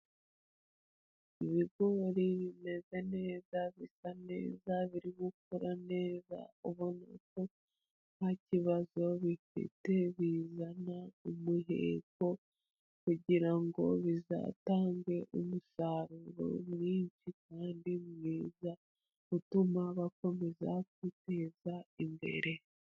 Ibigori bimeze neza, bisa neza, biri gukura neza, ubona uko nta kibazo bifite, bizana umureko kugirango bizatange umusaruro mwinshi kandi mwiza, utuma bakomeza kwiteza imbere.